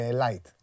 light